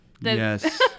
Yes